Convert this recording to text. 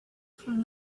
from